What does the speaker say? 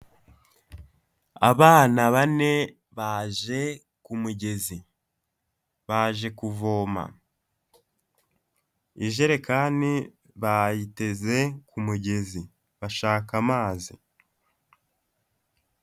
Abana bane baje ku mugezi, baje kuvoma, ijerekani bayiteze ku mugezi bashaka amazi.